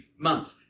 month